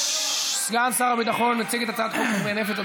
את הצעת חוק חומרי נפץ.